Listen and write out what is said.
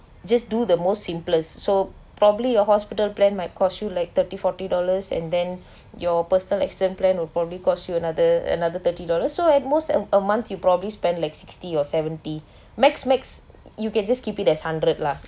just do the most simplest so probably a hospital plan my cost you like thirty forty dollars and then your personal accident plan would probably cost you another another thirty dollars so at most a month you probably spend like sixty or seventy max max you can just keep it as hundred lah